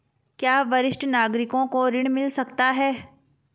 क्या वरिष्ठ नागरिकों को ऋण मिल सकता है?